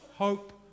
Hope